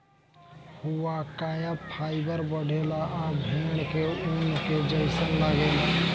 हुआकाया फाइबर बढ़ेला आ भेड़ के ऊन के जइसन लागेला